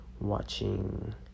watching